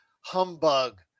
humbug